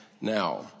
Now